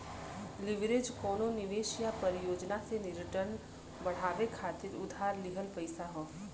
leverage कउनो निवेश या परियोजना से रिटर्न बढ़ावे खातिर उधार लिहल पइसा हौ